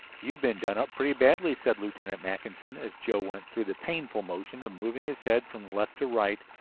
you've been done up pretty badly, said lieutenant mackinson, as joe went through the painful motion of moving his head from left to right,